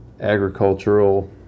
agricultural